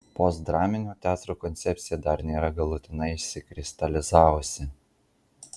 postdraminio teatro koncepcija dar nėra galutinai išsikristalizavusi